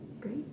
Great